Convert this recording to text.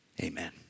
Amen